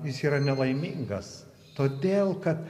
jis yra nelaimingas todėl kad